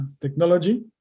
technology